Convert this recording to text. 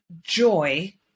joy